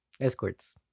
Escorts